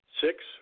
Six